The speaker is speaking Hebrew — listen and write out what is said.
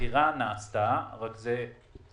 שהבחירה נעשתה, רק זה תהליך.